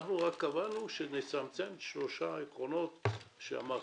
רק קבענו שנצמצם שלושה עקרונות שאמרתי,